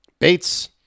Bates